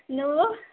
నువ్వు